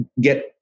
get